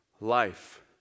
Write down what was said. life